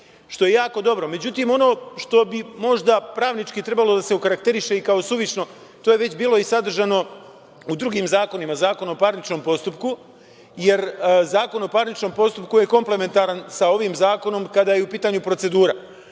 što je jako dobro.Međutim, ono što bi možda pravnički trebalo da se okarakteriše i kao suvišno, to je već bilo i sadržano u drugim zakonima, Zakonu o parničnom postupku, jer Zakon o parničnom postupku koji je komplementaran sa ovim zakonom kada je u pitanju procedura.Međutim